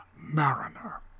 Mariner